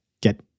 get